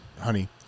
honey